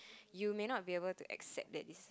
you may not be able to accept that is